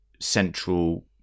central